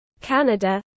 Canada